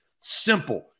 Simple